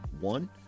one